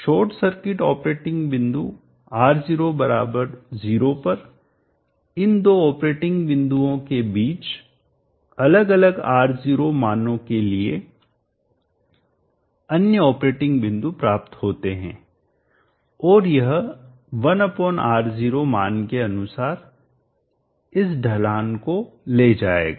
short circuit operating बिंदु R0 0 पर इन दो ऑपरेटिंग बिंदुओं के बीच अलग अलग R0 मानों के लिए अन्य ऑपरेटिंग बिंदु प्राप्त होते है और यह 1R0 मान के अनुसार इस ढलान को ले जाएगा